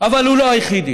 אבל הוא לא היחידי.